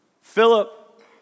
Philip